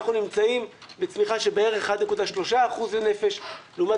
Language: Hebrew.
אנחנו נמצאים בצמיחה של בערך 1.3% לנפש לעומת